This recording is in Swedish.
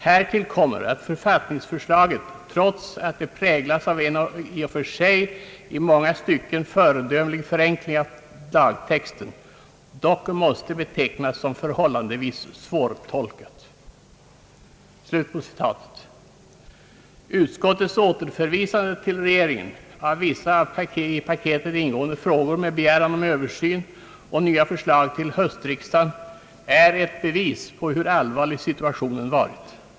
Härtill kommer att författningsförslaget, trots att det präglas av en i och för sig i många stycken föredömlig förenkling av lagtexten, dock måste betecknas som förhållandevis svårtolkat.» Utskottets återförvisande till rege ringen av vissa i paketet ingående frågor med begäran om översyn och nya förslag till höstriksdagen är ett bevis på hur allvarlig situationen varit.